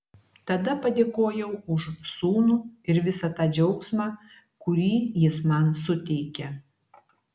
tada padėkojau už sūnų ir visą tą džiaugsmą kurį jis man suteikia